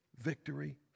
victory